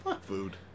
food